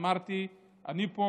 אמרתי אני פה,